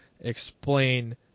explain